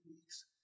weeks